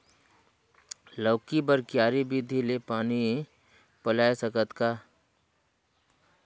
लौकी बर क्यारी विधि ले पानी पलोय सकत का?